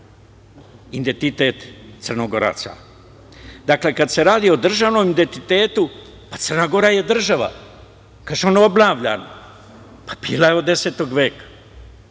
identitet Crnogoraca. Dakle, kada se radi o državnom identitetu, pa Crna Gora je država. Kaže on obnavlja, pa bila je od 10. veka,